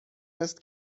است